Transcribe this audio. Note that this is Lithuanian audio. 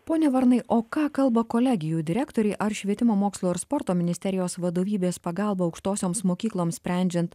pone varnai o ką kalba kolegijų direktoriai ar švietimo mokslo ir sporto ministerijos vadovybės pagalba aukštosioms mokykloms sprendžiant